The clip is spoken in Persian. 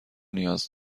نیاز